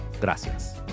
Gracias